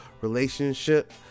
relationship